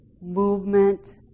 movement